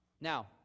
Now